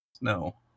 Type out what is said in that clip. No